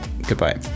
goodbye